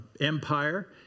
empire